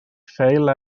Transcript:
ffeil